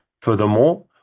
Furthermore